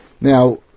Now